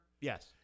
Yes